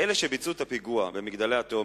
אלה שביצעו את הפיגוע ב"מגדלי התאומים"